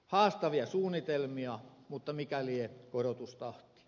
haastavia suunnitelmia mutta mikä lie korotustahti